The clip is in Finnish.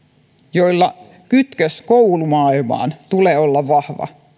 joilla kytköksen koulumaailmaan tulee olla vahva